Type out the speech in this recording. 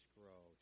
grow